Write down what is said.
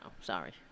sorry